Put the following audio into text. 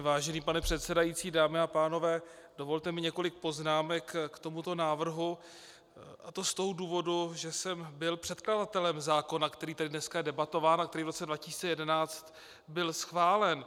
Vážený pane předsedající, dámy a pánové, dovolte mi několik poznámek k tomuto návrhu, a to z toho důvodu, že jsem byl předkladatelem zákona, který je tady dnes debatován a který v roce 2011 byl schválen.